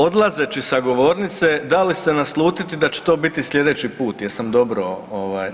Odlazeći sa govornice dali ste naslutiti da će to biti sljedeći put, jesam dobro, ovaj?